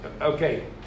Okay